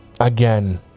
again